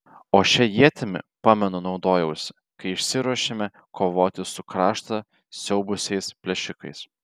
o šia ietimi pamenu naudojausi kai išsiruošėme kovoti su kraštą siaubusiais plėšikais